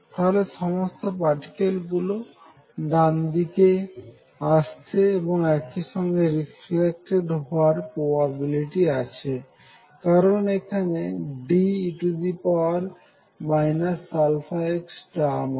তাহলে সমস্ত পাটিকেল গুলি ডান দিকে আসছে এবং একই সঙ্গে রিফ্লেক্টেড হওয়ার প্রবাবিলিটি আছে কারণ এখানে De αx টার্ম আছে